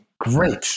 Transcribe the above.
Great